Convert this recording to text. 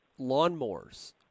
lawnmowers